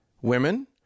women